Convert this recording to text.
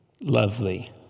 lovely